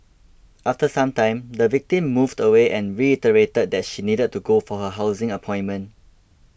after some time the victim moved away and reiterated that she needed to go for her housing appointment